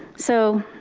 so,